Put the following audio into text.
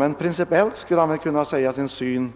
Men rent principiellt skulle han väl kunna delge oss sin syn.